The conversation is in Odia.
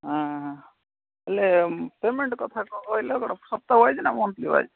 ହଁ ହେଲେ ପେମେଣ୍ଟ କଥା କ'ଣ କହିଲ ବଡ଼ ସପ୍ତାହ ୱାଇଜ୍ ନା ମଂଥଲି ୱାଇଜ୍